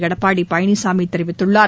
எடப்பாடி பழனிசாமி தெரிவித்துள்ளார்